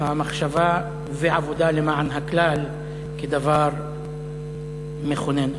המחשבה ועבודה למען הכלל כדבר מכונן.